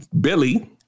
Billy